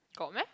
got meh